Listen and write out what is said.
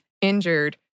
injured